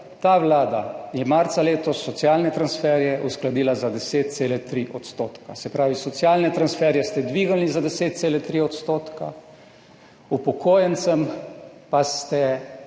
Ta Vlada je marca letos socialne transferje uskladila za 10,3 %, se pravi, socialne transferje ste dvignili za 10,3 %, upokojencem pa ste